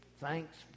Thanks